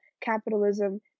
capitalism